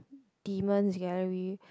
demons gallery